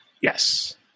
Yes